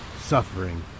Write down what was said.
suffering